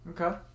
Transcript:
Okay